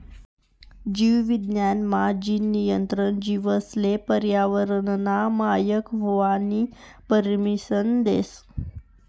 जीव विज्ञान मा, जीन नियंत्रण जीवेसले पर्यावरनना मायक व्हवानी परमिसन देस